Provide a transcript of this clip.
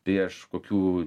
prieš kokių